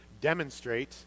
demonstrate